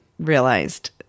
realized